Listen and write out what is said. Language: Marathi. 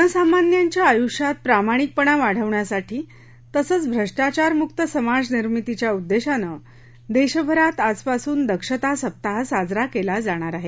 जनसामान्यांच्या आयुष्यात प्रामाणिकपणा वाढवण्यासाठी तसंच भ्रष्टाचारमुक्त समाज निर्मितीच्या उद्देशान देशभरात आजपासून दक्षता सप्ताह साजरा केला जाणार आहे